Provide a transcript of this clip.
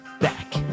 back